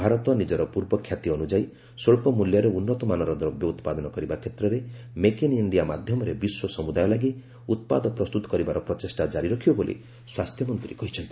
ଭାରତ ନିକର ପୂର୍ବ ଖ୍ୟାତି ଅନୁଯାୟୀ ସ୍ୱକ୍ଷ ମୂଲ୍ୟରେ ଉନ୍ନତ ମାନର ଦ୍ରବ୍ୟ ଉତ୍ପାଦନ କରିବା କ୍ଷେତ୍ରରେ 'ମେକ୍ ଇନ୍ ଇଣ୍ଡିଆ' ମାଧ୍ୟମରେ ବିଶ୍ୱ ସମୁଦାୟ ଲାଗି ଉତ୍ପାଦ ପ୍ରସ୍ତୁତ କରିବାର ପ୍ରଚେଷ୍ଟା ଜାରି ରଖିବ ବୋଲି ସ୍ୱାସ୍ଥ୍ୟମନ୍ତ୍ରୀ କହିଚ୍ଛନ୍ତି